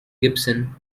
gibson